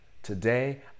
Today